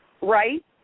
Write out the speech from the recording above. right